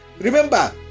Remember